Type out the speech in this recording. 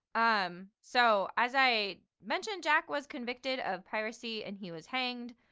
um so as i mentioned, jack was convicted of piracy and he was hanged.